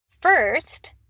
First